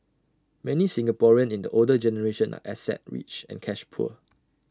many Singaporeans in the older generation are asset rich and cash poor